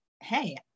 Hey